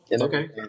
Okay